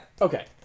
Okay